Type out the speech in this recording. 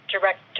director